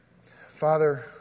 Father